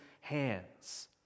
hands